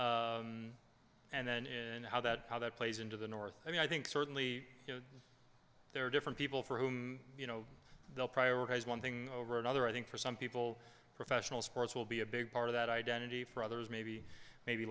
paul and then in how that how that plays into the north i mean i think certainly you know there are different people for whom you know they'll prioritize one thing over another i think for some people professional sports will be a big part of that identity for others maybe maybe